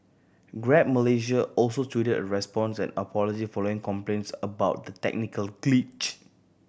Grab Malaysia also tweeted a response and apology following complaints about the technical glitch